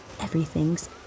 Everything's